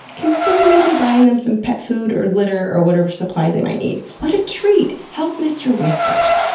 consider maybe buying them some pet food, or litter, or whatever supplies they might need. what a treat! help mr. whiskers.